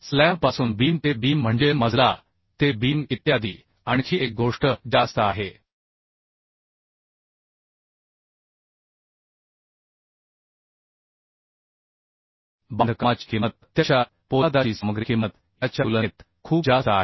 स्लॅबपासून beam ते beam म्हणजे मजला ते बीम इत्यादी आणखी एक गोष्ट जास्त आहे बांधकामाची किंमत प्रत्यक्षात पोलादाची सामग्री किंमत काँक्रीट च्या तुलनेत खूप जास्त आहे